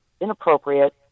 inappropriate